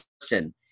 person